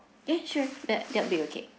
okay sure that that will be okay